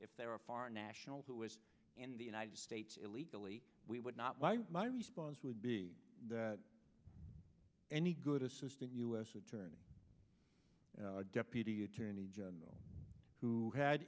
if they were foreign nationals who is in the united states illegally we would not lie my response would be that any good assistant u s attorney deputy attorney general who had